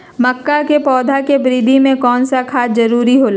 मक्का के पौधा के वृद्धि में कौन सा खाद जरूरी होगा?